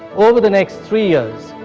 over the next three years,